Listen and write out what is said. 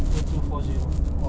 two two four zero